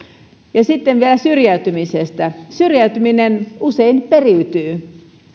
sitten vielä syrjäytymisestä syrjäytyminen usein periytyy